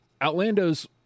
Outlandos